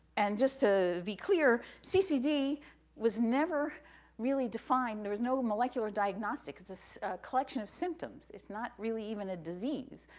and just to be clear, ccd was never really defined, there was no molecular diagnostic, it's a collection of symptoms, it's not really even a disease,